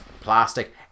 plastic